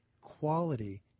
quality